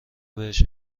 بهش